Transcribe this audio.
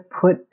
put